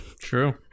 true